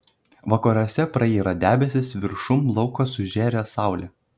vakaruose prayra debesys viršum lauko sužėri saulė